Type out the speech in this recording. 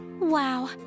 Wow